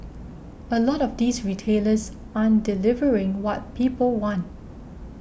a lot of these retailers aren't delivering what people want